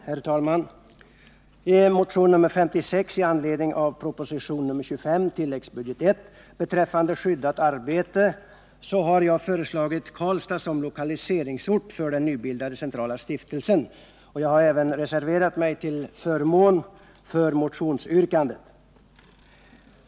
Herr talman! I motion nr 56, väckt i anledning av proposition nr 25 med förslag om tilläggsbudget I beträffande skyddat arbete, har jag föreslagit Karlstad som lokaliseringsort för den nybildade centrala stiftelsen. Jag har även reserverat mig till förmån för motionsyrkandet.